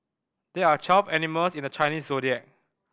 there are twelve animals in the Chinese Zodiac